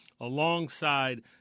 alongside